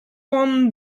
one